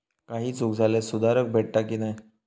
काही चूक झाल्यास सुधारक भेटता की नाय?